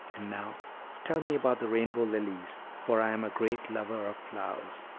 and now tell me about the rainbow lilies, for i am a great lover of flowers.